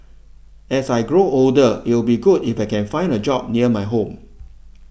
as I grow older it'll be good if I can find a job near my home